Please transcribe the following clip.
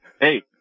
hey